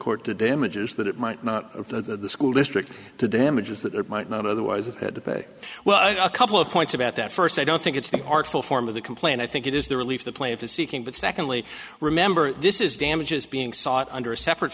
court to damages that it might not the school district to damages that it might not otherwise well i'll couple of points about that first i don't think it's the artful form of the complaint i think it is the relief the play of the seeking but secondly remember this is damages being sought under a separate